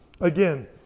Again